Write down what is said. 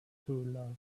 truelove